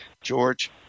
George